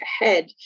ahead